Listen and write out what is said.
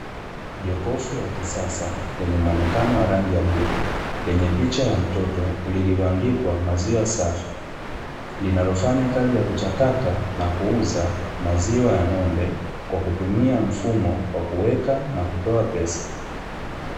jokofu la kisasa lenye rangi ya bluu lenye picha ya mtoto lililoandikwa maziwa safi, linalofanya kazi ya kuchakata na kuuza maziwa ya ng'ombe kwa kutumia mfumo wa kuweka na kutoa pesa.